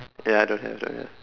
ya don't have don't have